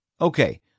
Okay